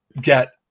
get